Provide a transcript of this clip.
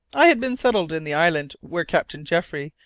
i had been settled in the island where captain jeffrey,